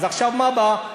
אז עכשיו מה בא?